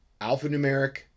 alphanumeric